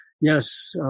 yes